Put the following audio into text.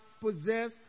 possess